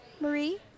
Marie